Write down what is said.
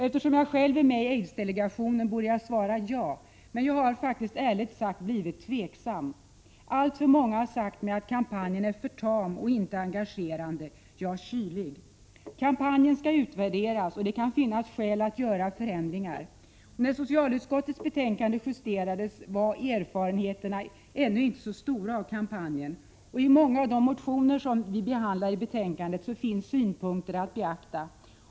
Eftersom jag själv är med i aidsdelegationen borde jag svara ja, men jag har ärligt sagt blivit tveksam. Alltför många har sagt mig att kampanjen är för tam och inte engagerande — t.o.m. kylig. Kampanjen skall utvärderas och det kan finnas skäl att göra förändringar. När socialutskottets betänkande justerades var erfarenheterna ännu inte så stora av kampanjen. I många av de motioner som behandlas i betänkandet finns synpunkter att beakta.